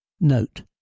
Note